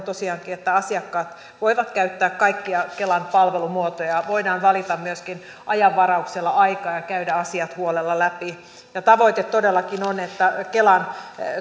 tosiaankin että asiakkaat voivat käyttää kaikkia kelan palvelumuotoja voidaan valita myöskin ajanvarauksella aika ja käydä asiat huolella läpi ja tavoite todellakin on että kelan